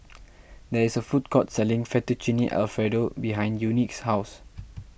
there is a food court selling Fettuccine Alfredo behind Unique's house